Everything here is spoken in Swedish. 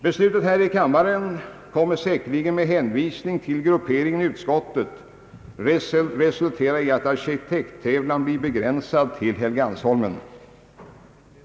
Beslutet här i kammaren kommer säkerligen, med hänsyn till grupperingen i utskottet, att resultera i att arkitekttävlingen blir begränsad till Helgeandsholmen.